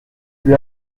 lui